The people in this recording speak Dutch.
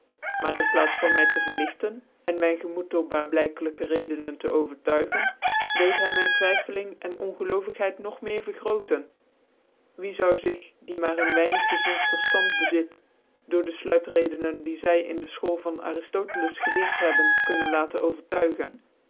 maar in plaats van my tc verlieten en myn gemoed door baarblykclijkc redenen tc overtuigen deed hy tnyn twyflfcling en ongelovigheid nog meer vergrootcn wie zou zig die maar een weinig gezond verftand bezit iloor de fluitredenen die zy in de school van ariftotclcs geleerd hebben kunnen laten overtuigen